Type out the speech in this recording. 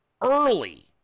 early